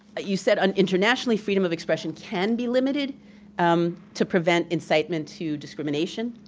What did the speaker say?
ah you said and internationally, freedom of expression can be limited um to prevent incitement to discrimination.